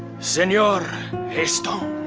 senior estone?